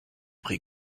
pris